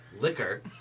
liquor